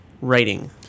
writing